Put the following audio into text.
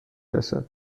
رسد